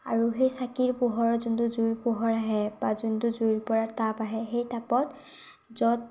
আৰু সেই চাকিৰ পোহৰ যোনটো জুইৰ পোহৰ আহে বা যোনটো জুইৰ পৰা তাপ আহে সেই তাপত য'ত